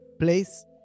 place